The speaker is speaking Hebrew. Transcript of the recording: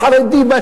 החרדי,